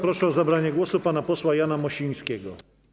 Proszę o zabranie głosu pana posła Jana Mosińskiego.